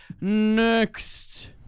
next